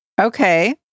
Okay